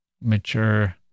mature